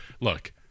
look